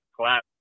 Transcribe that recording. clap